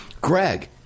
Greg